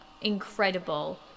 incredible